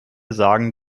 sagen